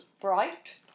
bright